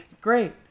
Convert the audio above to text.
Great